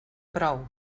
prou